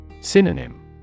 Synonym